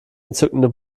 entzückende